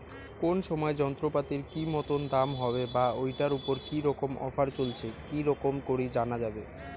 কোন সময় যন্ত্রপাতির কি মতন দাম হবে বা ঐটার উপর কি রকম অফার চলছে কি রকম করি জানা যাবে?